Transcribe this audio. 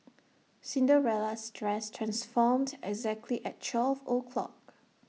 Cinderella's dress transformed exactly at twelve o'clock